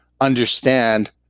understand